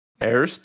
Air